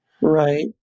Right